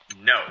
No